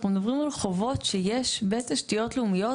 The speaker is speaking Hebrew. אנחנו מדברים על חובות שיש בתשתיות לאומיות